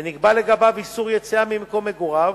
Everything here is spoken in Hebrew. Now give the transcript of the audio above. ונקבע לגביו איסור יציאה ממקום מגוריו,